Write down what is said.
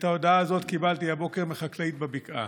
את ההודעה הזו קיבלתי הבוקר מחקלאית בבקעה.